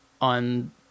on